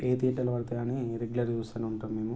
ఏ థియేటర్లో పడతాయని రెగ్యులర్గా చూస్తూనే ఉంటాం మేము